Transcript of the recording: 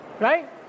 Right